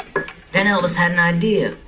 then elvis had an idea.